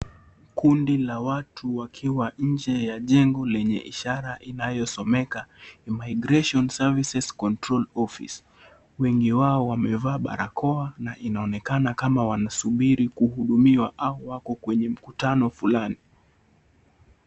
Kundi la watu wakiwa nje ya jengo lenye ishara inayo someka immigration services cntrol office lenye wao wamevaa barakoa na inaonekana wanasubiri kuhudumiwa au wako kwenye mkutano fulani.